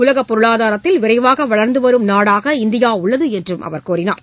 உலகப் பொருளாதாரத்தில் விரைவாக வளர்ந்து வரும் நாடாக இந்தியா உள்ளது என்றும் அவர் கூறினார்